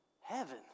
heaven